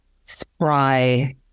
spry